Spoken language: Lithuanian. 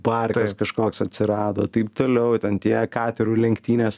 parkas kažkoks atsirado taip toliau ten tie katerių lenktynės